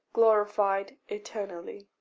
glorified eternally.